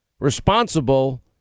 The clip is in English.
responsible